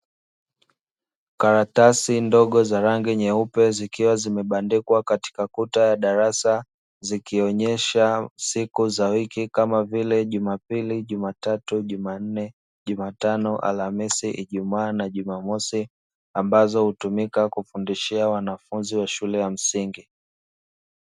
Karatasi ndogo za rangi nyeupe zikiwa zimebandikwa katika kuta ya darasa zikionyesha siku za wiki kama vile jumapili, jumatatu, jumanne, jumatano, alhamisi, ijumaa, na jumamosi, ambazo hutumika kufundishia wanafunzi wa shule ya msingi.